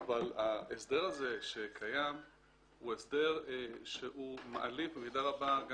אבל ההסדר הזה שקיים הוא הסדר שהוא מעליב במידה רבה גם